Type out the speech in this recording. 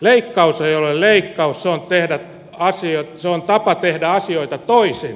leikkaus ei ole leik kaus se on tapa tehdä asioita toisin